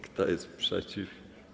Kto jest przeciw?